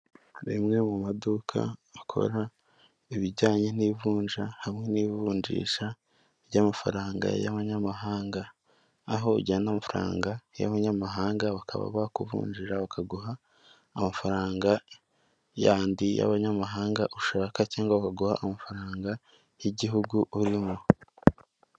Rimwe mu maduka akora ibijyanye n'ivunja hamwe n'ivunjisha ry'amafaranga y'abanyamahanga, aho ujyana amafaranga y'abanyamahanga bakaba bakuvunjira bakaguha amafaranga yandi y'abanyamahanga ushaka, cyangwa bakaguha amafaranga y'igihugu urimo.